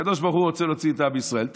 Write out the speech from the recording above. הקדוש ברוך הוא רוצה להוציא את עם ישראל,